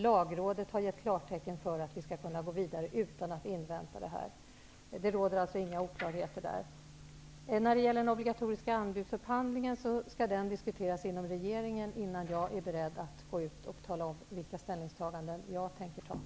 Lagrådet har gett klartecken för att vi skall kunna gå vidare utan att invänta något ytterligare klarläggande. Det råder alltså inga oklarheter i det avseendet. Den obligatoriska anbudsupphandlingen skall diskuteras inom regeringen innan jag är beredd att gå ut och tala om vilka ställningstaganden jag tänker göra.